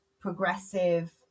progressive